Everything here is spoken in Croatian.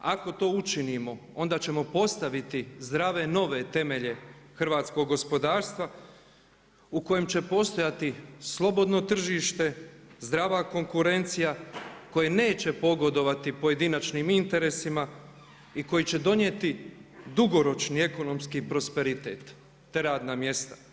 Ako to učinimo onda ćemo postaviti zdrave nove temelje hrvatskog gospodarstva u kojem će postojati slobodno tržište, zdrava konkurencija koja neće pogodovati pojedinačnim interesima i koji će donijeti dugoročni ekonomski prosperitet, te radna mjesta.